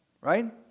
Right